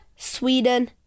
Sweden